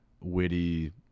witty